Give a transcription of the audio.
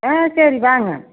ஆ சரி வாங்க